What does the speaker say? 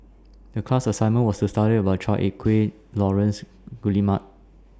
The class assignment was to study about Chua Ek Kay Laurence Guillemard